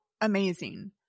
amazing